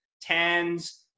tens